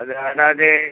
അത് കാണാതെ